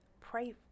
pray